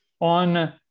on